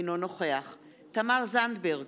אינו נוכח תמר זנדברג,